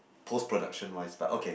post production wise but okay